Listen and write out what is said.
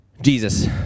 Jesus